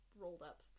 rolled-up